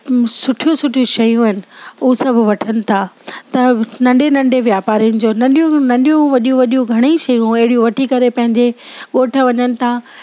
सुठियूं सुठियूं शयूं आहिनि उहा सभु वठनि था त नंढे नंढे वापारियुनि जो नंढियूं नंढियूं वॾियूं वॾियूं घणेई शयूं अहिड़ियूं वठी करे पंहिंजे ॻोठ वञनि था